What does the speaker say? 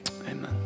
Amen